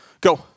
go